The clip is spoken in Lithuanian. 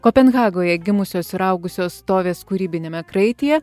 kopenhagoje gimusios ir augusios tovės kūrybiniame kraityje